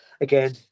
again